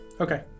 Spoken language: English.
Okay